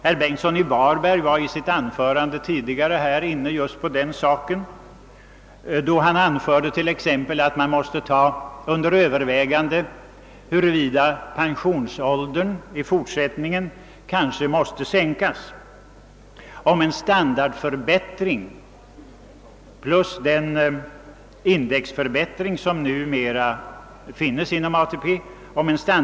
Herr Bengtsson i Varberg var i sitt anförande i dag inne på den saken, när han framhöll att man måste ta under övervägande huruvida inte pensionsåldern i fortsättningen måste sänkas för att nå en standardförbättring, alltså utöver den indexförbättring som numera finns inom ATP.